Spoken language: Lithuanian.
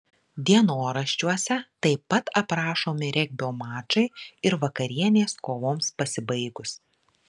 dienoraščiuose taip pat aprašomi regbio mačai ir vakarienės kovoms pasibaigus